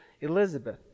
Elizabeth